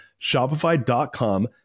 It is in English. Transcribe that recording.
Shopify.com